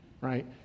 right